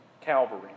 Calvary